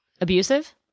abusive